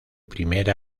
primer